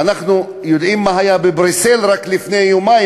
ואנחנו יודעים מה היה בבריסל רק לפני יומיים,